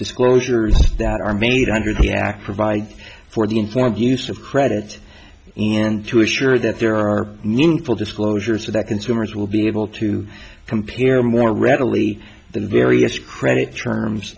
disclosures that are made under the act provide for the informed use of credit and to assure that there are meaningful disclosures so that consumers will be able to compare more readily the various credit terms